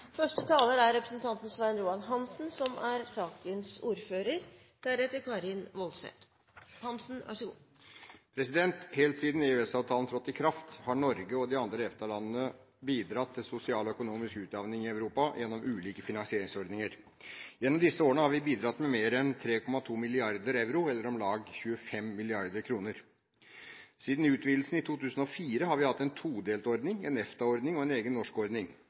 Helt siden EØS-avtalen trådte i kraft, har Norge og de andre EFTA-landene bidratt til sosial og økonomisk utjevning i Europa, gjennom ulike finansieringsordninger. Gjennom disse årene har vi bidratt med mer enn 3,2 mrd. euro eller om lag 25 mrd. kr. Siden utvidelsen i 2004 har vi hatt en todelt ordning – en EFTA-ordning og en egen norsk ordning.